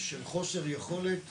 של חוסר יכולת